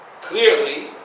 clearly